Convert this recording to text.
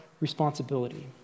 responsibility